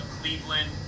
Cleveland